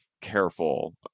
careful